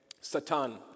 Satan